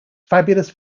fabulous